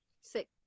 six